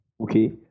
okay